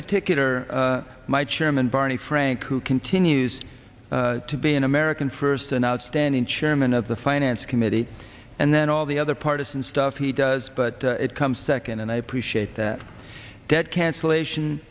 particular my chairman barney frank who continues to be an american first an outstanding chairman of the finance committee and then all the other partisan stuff he does but it comes second and i appreciate that debt cancellation